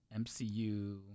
MCU